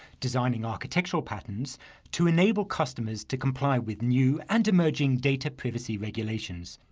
designing architectural patterns to enable customers to comply with new and emerging data privacy regulations.